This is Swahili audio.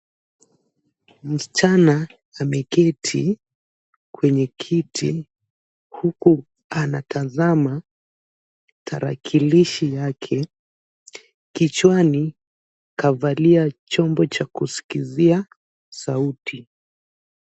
Msichana ameketi kwenye kiti huku anatazama tarakilishi yake. Kichwani kavalia chombo cha kusikilizia sauti.